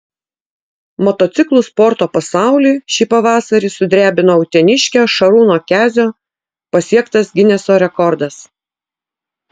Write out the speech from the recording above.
motociklų sporto pasaulį šį pavasarį sudrebino uteniškio šarūno kezio pasiektas gineso rekordas